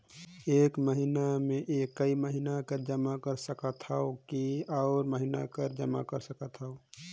एक महीना मे एकई महीना कर जमा कर सकथव कि अउ महीना कर जमा कर सकथव?